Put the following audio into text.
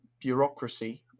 bureaucracy